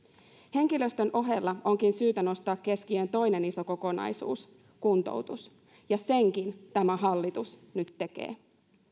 henkilöstön ohella onkin syytä nostaa keskiöön toinen iso kokonaisuus kuntoutus ja senkin tämä hallitus nyt tekee